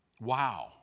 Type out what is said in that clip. Wow